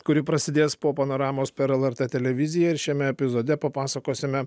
kuri prasidės po panoramos per lrt televiziją ir šiame epizode papasakosime